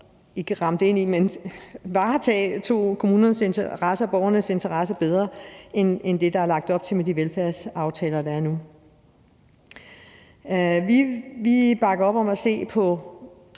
på ansøgninger, som varetog kommunernes interesser og borgernes interesser bedre end det, der er lagt op til med de velfærdsaftaler, der er nu. Vi bakker op om at se på